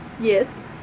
Yes